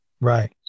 Right